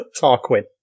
Tarquin